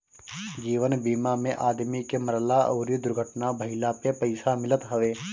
जीवन बीमा में आदमी के मरला अउरी दुर्घटना भईला पे पईसा मिलत हवे